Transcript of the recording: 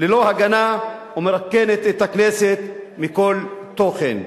ללא הגנה ומרוקנת את הכנסת מכל תוכן.